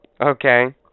Okay